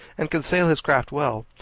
and can sail his craft well.